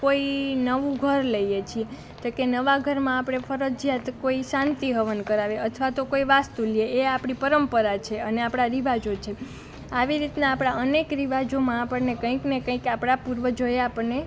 કોઈ નવું ઘર લઈએ છીએ તો કે નવાં ઘરમાં આપણે ફરજિયાત કોઈ શાંતિ હવન કરાવે અથવા તો કોઈ વાસ્તુ લે એ આપણી પરંપરા છે અને આપણા રિવાજો છે આવી રીતના આપણા અનેક રિવાજોમાં આપણને કંઈક ને કંઈક આપણા પૂર્વજોએ આપણને